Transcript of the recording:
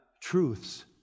Truths